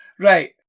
Right